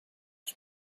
was